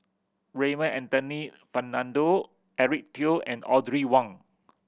Raymond Anthony Fernando Eric Teo and Audrey Wong